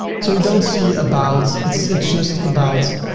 so you don't see about, it's it's just about